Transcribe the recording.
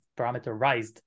parameterized